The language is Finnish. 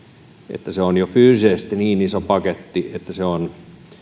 että se on jo fyysisesti niin iso paketti että se on